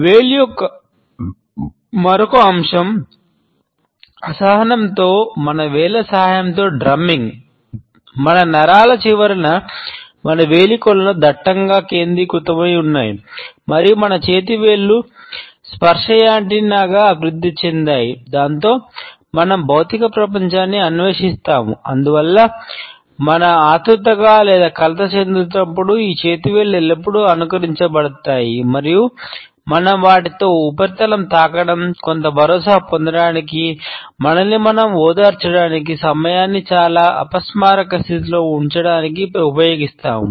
వేలు యొక్క మరొక అంశం అసహనంతో మన వేళ్ల సహాయంతో డ్రమ్మింగ్ స్థితిలో ఉంచడానికి ఉపయోగిస్తాము